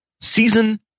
season